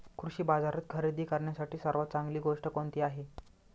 कृषी बाजारात खरेदी करण्यासाठी सर्वात चांगली गोष्ट कोणती आहे?